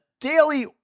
daily